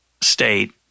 state